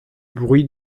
bruit